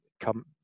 come